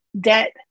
debt